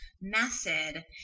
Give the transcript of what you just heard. method